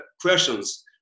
questions